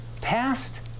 Past